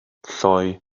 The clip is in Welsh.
lloi